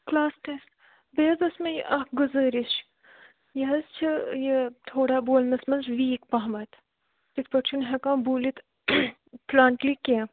class ٹٮ۪س بیٚیہِ حظ ٲس مےٚ یہِ اکھ گُزٲرِش یہِ حظ چھِ یہِ تھوڑا بولنس منٛز ویٖک پہمتھ تِتھ پٲٹھۍ چھُنہٕ ہٮ۪کان بوٗلِتھ فٕلانٛٹلی کیٚنٛہہ